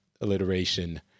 alliteration